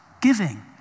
giving